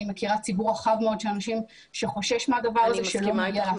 אני מכירה ציבור רחב מאוד של אנשים שחושש מהדבר הזה ולא מגיע למחאות.